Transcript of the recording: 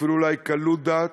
אפילו אולי בקלות דעת,